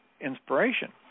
inspiration